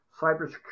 cybersecurity